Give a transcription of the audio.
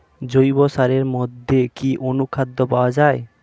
জৈব সারের মধ্যে কি অনুখাদ্য পাওয়া যায়?